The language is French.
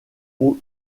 aux